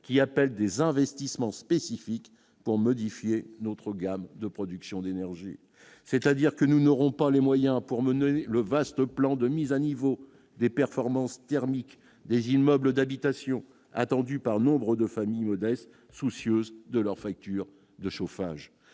qui appellent des investissements spécifiques pour modifier notre gamme de production d'énergie, c'est-à-dire que nous n'aurons pas les moyens. Pour mener le vaste plan de mise à niveau des performances thermique des immeubles d'habitation attendue par nombre de familles modestes, soucieuses de leur facture de chauffage,